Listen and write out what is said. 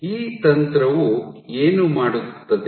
ಈ ತಂತ್ರವು ಏನು ಮಾಡುತ್ತದೆ